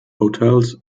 hotels